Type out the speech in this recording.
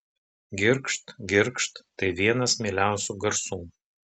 girgžt girgžt tai vienas mieliausių garsų